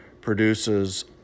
produces